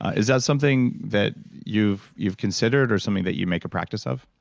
is that something that you've you've considered or something that you make a practice of?